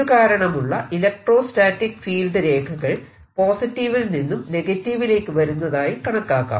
ഇതുകാരണമുള്ള electrostatic field രേഖകൾ പോസിറ്റീവിൽ നിന്നും നെഗറ്റീവിലേക്ക് വരുന്നതായി കണക്കാക്കാം